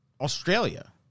Australia